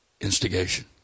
instigation